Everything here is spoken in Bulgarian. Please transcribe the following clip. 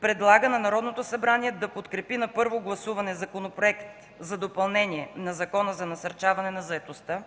предлага на Народното събрание да подкрепи на първо гласуване Законопроект за допълнение на Закона за насърчаване на заетостта,